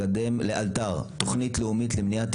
לקדם לאלתר תוכנית לאומית למניעת,